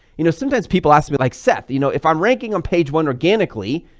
you know sometimes people ask me like seth, you know if i'm ranking on page one organically,